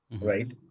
right